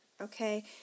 okay